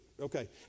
okay